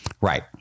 right